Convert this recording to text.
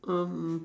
um mm